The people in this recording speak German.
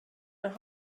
nach